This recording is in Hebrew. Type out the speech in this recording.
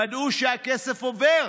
ודאו שהכסף עובר.